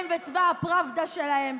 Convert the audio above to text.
הם וצבא הפראבדה שלהם,